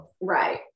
right